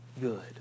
good